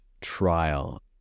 trial